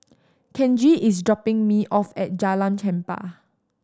Kenji is dropping me off at Jalan Chempah